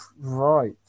Right